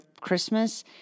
Christmas